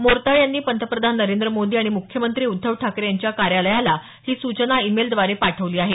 मोरताळे यांनी पंतप्रधान नरेंद्र मोदी आणि मुख्यमंत्री उद्धव ठाकरे यांच्या कार्यालयाला ही सूचना ई मेलव्दारे पाठवली आहे